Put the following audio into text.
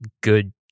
good